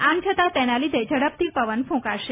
આમ છતાં તેના લીધે ઝડપથી પવન ફૂંકાશે